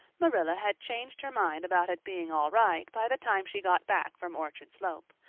marilla had changed her mind about it being all right by the time she got back from orchard slope.